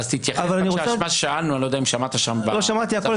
לא שמעתי הכול,